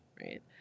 Right